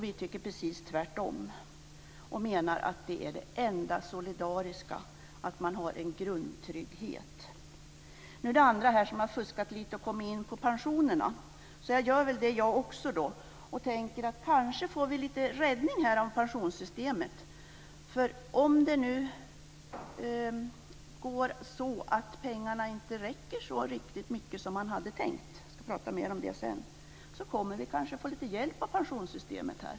Vi tycker precis tvärtom och menar att det enda solidariska är att ha en grundtrygghet. Andra talare har fuskat lite och kommit in på pensionerna, och även jag ska göra det. Kanske räddas vi här i viss mån av pensionssystemet. Om pengarna inte räcker riktigt så långt som man hade tänkt - jag ska tala mer om det sedan - kommer vi här kanske att få lite hjälp av pensionssystemet.